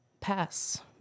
pass